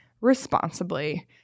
responsibly